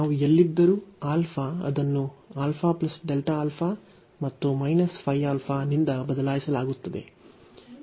ನಾವು ಎಲ್ಲಿದ್ದರೂ α ಅದನ್ನು α Δα ಮತ್ತು Φ α ನಿಂದ ಬದಲಾಯಿಸಲಾಗುತ್ತದೆ